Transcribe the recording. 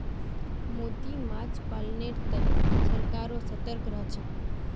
मोती माछ पालनेर तने सरकारो सतर्क रहछेक